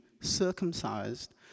circumcised